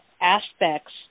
aspects